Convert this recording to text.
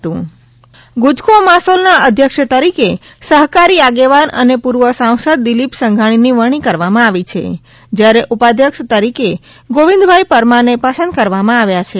Gujcomasol Dilip Sanghani chairman ગુજકોમાસોલના અધ્યક્ષ તરીકે સહકારી આગેવાન અને પૂર્વ સાંસદ દિલિપ સંઘાણીની વરણી કરવામાં આવી છે જ્યારે ઉપઅધ્યક્ષ તરીકે ગોવિંદભાઇ પરમારને પસંદ કરવામાં આવ્યા છે